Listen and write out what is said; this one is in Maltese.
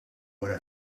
wara